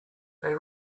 they